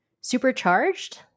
Supercharged